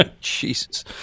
jesus